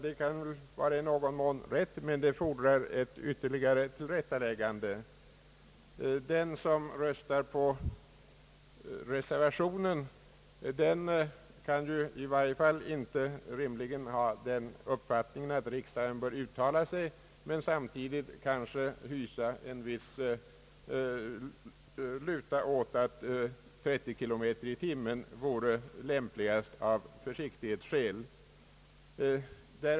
Det kan i någon mån vara riktigt, men det fordrar ett ytterligare tillrättaläggande. Den som rös tar på reservationen kan ju i varje fall inte rimligen ha den uppfattningen att riksdagen bör uttala sig men samtidigt kanske luta åt uppfattningen att 30 kilometer i timmen vore lämpligast av försiktighetsskäl.